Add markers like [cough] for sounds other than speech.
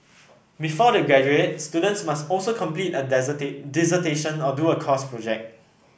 before they graduate students must also complete a [unintelligible] dissertation or do a course project